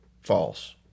false